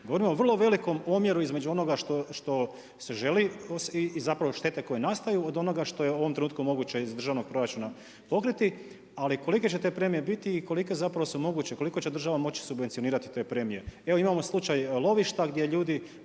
U jednom vrlo velikom omjeru iz onoga što se želi i zapravo štete koje nastaju od onoga što je u ovom trenutku moguće iz državnog proračuna pokriti, ali kolike će premije biti i kolike zapravo su moguće, koliko će država moći subvencionirati te premije. Imamo slučaj lovišta, gdje ljudi,